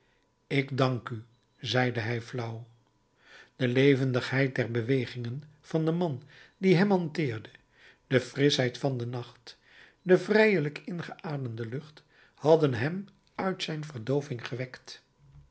ik dank u zeide hij flauw de levendigheid der bewegingen van den man die hem hanteerde de frischheid van den nacht de vrijelijk ingeademde lucht hadden hem uit zijn verdooving gewekt